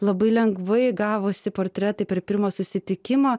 labai lengvai gavosi portretai per pirmą susitikimą